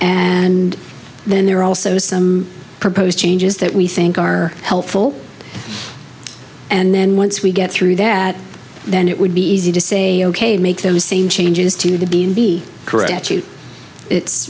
and then there are also some proposed changes that we think are helpful and then once we get through that then it would be easy to say ok make those same changes to the be carette you it's